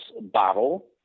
bottle